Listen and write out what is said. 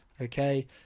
okay